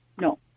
No